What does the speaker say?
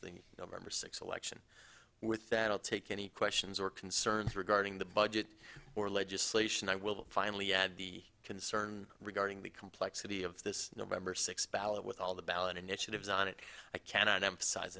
the november sixth election with that i'll take any questions or concerns regarding the budget or legislation i will finally add the concern regarding the complexity of this november sixth ballot with all the ballot initiatives on it i cannot emphasize